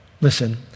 Listen